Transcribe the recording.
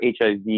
HIV